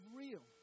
real